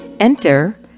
Enter